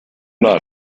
not